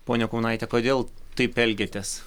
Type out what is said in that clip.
ponia kaunaite kodėl taip elgiatės